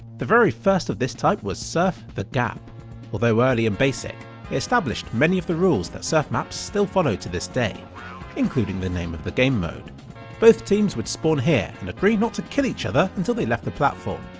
the very first of this type was surf the-gap. although early and basic, it established many of the rules that surf maps still follow to this day including the name of the gamemode! both teams would spawn here and agree not to kill each other until they left the platform.